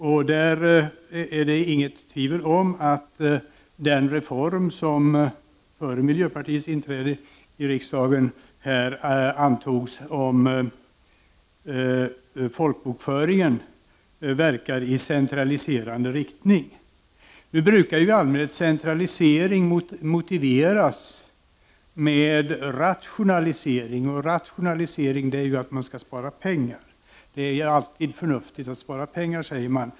Där råder det inget tvivel om att den reform av folkbokföringen som beslutades före miljöpartiets inträde i riksdagen verkar i centraliserande riktning. Nu brukar i allmänhet centralisering motiveras med rationalisering, och rationalisering är att man skall spara pengar. Det är alltid förnuftigt att spara pengar, säger man.